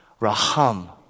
Raham